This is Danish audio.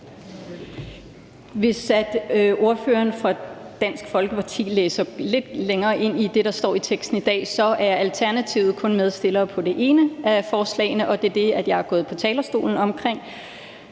Hvis ordføreren fra Dansk Folkeparti læste lidt længere i teksten i dag, ville han se, at Alternativet kun er medstiller på det ene af forslagene, og det er det, jeg er gået på talerstolen for